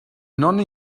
nonne